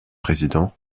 président